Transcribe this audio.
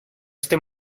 este